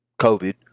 covid